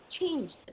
changed